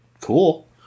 cool